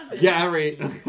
Gary